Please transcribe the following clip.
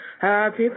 Happy